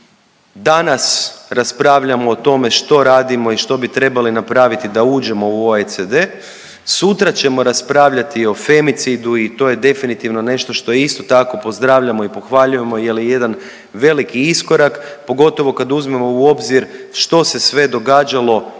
Danas raspravljamo o tome što radimo i što bi trebali napraviti da uđemo u OECD, sutra ćemo raspravljati o femicidu i to je definitivno nešto što isto tako, pozdravljamo i pohvaljujemo jer je jedan veliki iskorak, pogotovo kad uzmemo u obzir što se sve događalo i